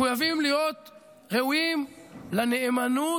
מחויבים להיות ראויים לנאמנות